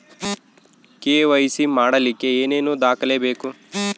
KYC ಮಾಡಲಿಕ್ಕೆ ಏನೇನು ದಾಖಲೆಬೇಕು?